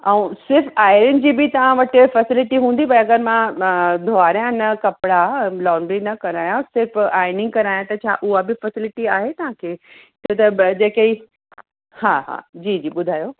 ऐं सिर्फ़ु आयरनि जी बि तव्हां वटि फ़ैसिलिटी हूंदी भई अगरि मां धोआरियां न कपिड़ा लॉन्ड्री न करायां सिर्फ़ु आइनिंग करायां त छा उहा बि फ़ैसिलिटी आहे तव्हांखे छो त ब जेके हा हा जी जी ॿुधायो